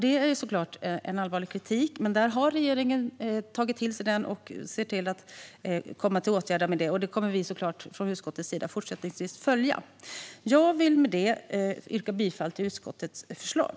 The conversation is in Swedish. Det är givetvis en allvarlig kritik, men regeringen har tagit till sig den och kommer att vidta åtgärder. Utskottet kommer givetvis att följa detta. Jag yrkar bifall till utskottets förslag.